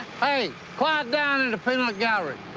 hey, quiet down in the peanut gallery.